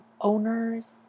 owners